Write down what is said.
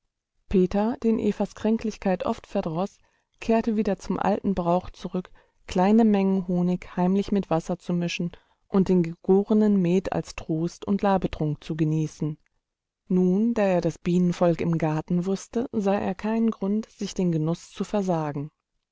peter den evas kränklichkeit oft verdroß kehrte wieder zum alten brauch zurück kleine mengen honig heimlich mit wasser zu mischen und den gegorenen met als trost und labetrunk zu genießen nun da er das bienenvolk im garten wußte sah er keinen grund sich den genuß zu versagen